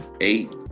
eight